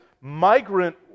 migrant